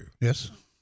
Yes